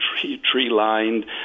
tree-lined